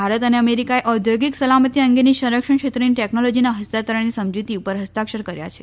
ભારત અને અમેરિકાએ ઔદ્યોગિક સલામતી અંગેની સંરક્ષણ ક્ષેત્રની ટેકનોલોજીના હસ્તાંતરણની સમજુતી ઉપર હસ્તાક્ષર કર્યા છે